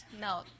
No